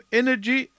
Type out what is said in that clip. energy